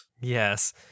Yes